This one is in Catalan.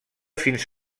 fins